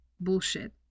bullshit